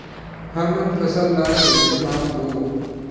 हमन फसल ला कइसे माप बो?